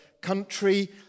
country